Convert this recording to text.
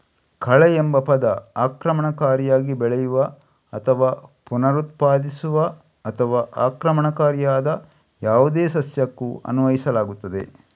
ಕಳೆಎಂಬ ಪದ ಆಕ್ರಮಣಕಾರಿಯಾಗಿ ಬೆಳೆಯುವ ಅಥವಾ ಪುನರುತ್ಪಾದಿಸುವ ಅಥವಾ ಆಕ್ರಮಣಕಾರಿಯಾದ ಯಾವುದೇ ಸಸ್ಯಕ್ಕೂ ಅನ್ವಯಿಸಲಾಗುತ್ತದೆ